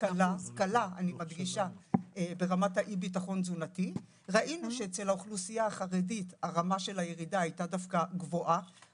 הקורלציה בין קשישים לביטחון תזונתי בחברה הערבית היא גבוהה מאוד?